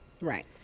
Right